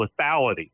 lethality